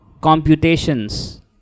computations